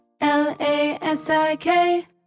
L-A-S-I-K